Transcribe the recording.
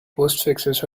postfixes